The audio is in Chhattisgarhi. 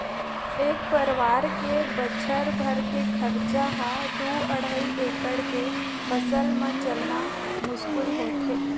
एक परवार के बछर भर के खरचा ह दू अड़हई एकड़ के फसल म चलना मुस्कुल होथे